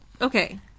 Okay